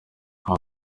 uwo